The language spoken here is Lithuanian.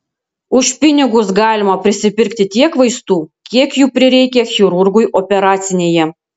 už pinigus galima prisipirkti tiek vaistų kiek jų prireikia chirurgui operacinėje